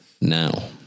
now